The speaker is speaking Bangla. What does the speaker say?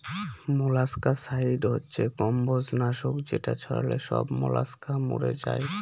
মোলাস্কাসাইড হচ্ছে কম্বজ নাশক যেটা ছড়ালে সব মলাস্কা মরে যায়